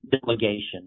delegation